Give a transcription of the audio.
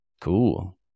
Cool